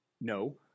No